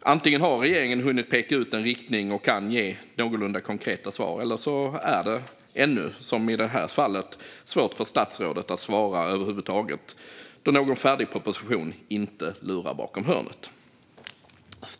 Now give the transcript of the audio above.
Antingen har regeringen hunnit peka ut en riktning och kan ge någorlunda konkreta svar, eller så är det, som i det här fallet, svårt för statsrådet att svara över huvud taget, då någon färdig proposition inte lurar bakom hörnet.